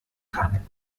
kann